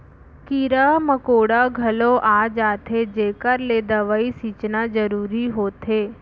कीरा मकोड़ा घलौ आ जाथें जेकर ले दवई छींचना जरूरी होथे